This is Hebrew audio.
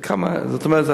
יש כמה.